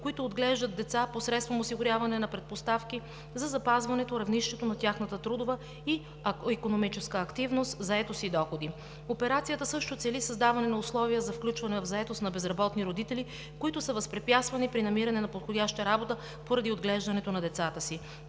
които отглеждат деца, посредством осигуряване на предпоставки за запазване равнището на тяхната трудова и икономическа активност, заетост и доходи. Операцията също цели създаване на условия за включване в заетост на безработни родители, които са възпрепятствани при намиране на подходяща работа, поради отглеждането на децата си.